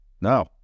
no